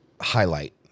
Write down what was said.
highlight